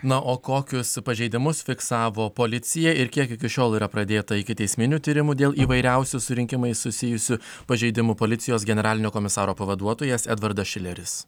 na o kokius pažeidimus fiksavo policija ir kiek iki šiol yra pradėta ikiteisminių tyrimų dėl įvairiausių su rinkimais susijusių pažeidimų policijos generalinio komisaro pavaduotojas edvardas šileris